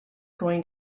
going